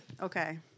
Okay